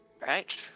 Right